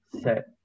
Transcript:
set